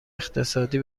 اقتصادی